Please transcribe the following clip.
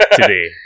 today